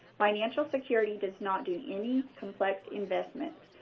financial security does not do any complex investments.